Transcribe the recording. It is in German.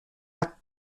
hat